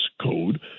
code